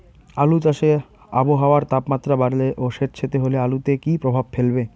আলু চাষে আবহাওয়ার তাপমাত্রা বাড়লে ও সেতসেতে হলে আলুতে কী প্রভাব ফেলবে?